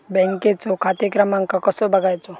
बँकेचो खाते क्रमांक कसो बगायचो?